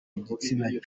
igitsina